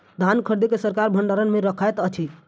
धान खरीद के सरकार भण्डार मे रखैत अछि